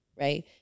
right